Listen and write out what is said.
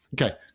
Okay